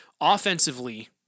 Offensively